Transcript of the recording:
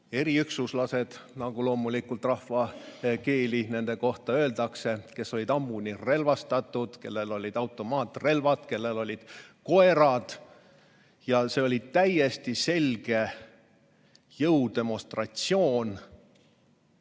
eriüksuslased, nagu rahvakeeli nende kohta öeldakse, kes olid hambuni relvastatud, kellel olid automaatrelvad, kellel olid koerad. See oli täiesti selge jõudemonstratsioon